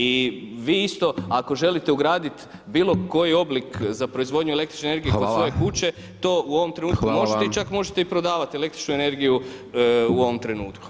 I vi isto ako želite ugraditi bilo koji oblik za proizvodnju električne energije kod svoje kuće to u ovom trenutku možete i čak možete prodavati električnu energiju u ovom trenutku.